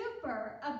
super